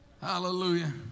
hallelujah